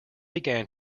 began